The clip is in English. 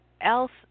else